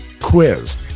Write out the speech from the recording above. quiz